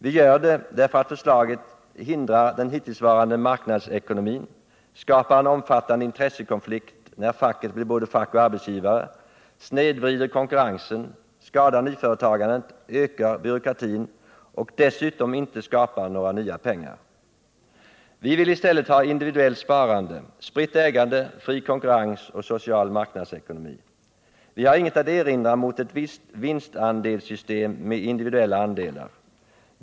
Vi gör det därför att förslaget hindrar den hittillsvarande marknadsekonomin, skapar en omfattande intressekonflikt när facket blir både fack och arbetsgivare, snedvrider konkurrensen, skadar nyföretagandet, ökar byråkratin och dessutom inte skapar några nya pengar. Vi vill i stället ha individuellt sparande, spritt ägande, fri konkurrens och social marknadsekonomi. Vi har inget att erinra mot ett vinstandelssystem med individuella andelar.